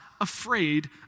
afraid